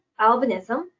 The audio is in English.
albinism